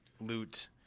loot